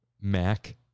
Mac